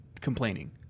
complaining